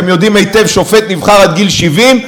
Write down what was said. אתם יודעים היטב ששופט נבחר עד גיל 70,